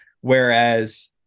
whereas